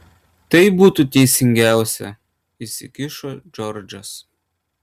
tai būtų teisingiausia įsikišo džordžas